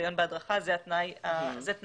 ניסיון בהדרכה, זה תנאי סף.